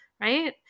right